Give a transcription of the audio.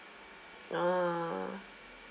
ah